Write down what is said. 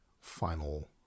final